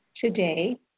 today